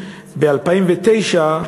ב-2009,